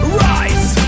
rise